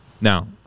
Now